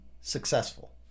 successful